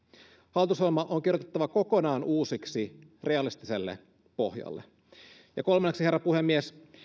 hallitusohjelma on kirjoitettava kokonaan uusiksi realistiselle pohjalle kolmanneksi herra puhemies